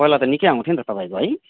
पहिला त निक्कै आउँथ्यो नि त तपाईँको है